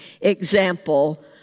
example